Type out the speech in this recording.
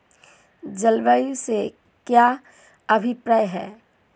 जलवायु से क्या अभिप्राय है?